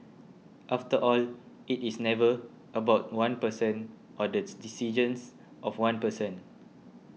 after all it is never about one person or this decisions of one person